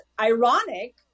ironic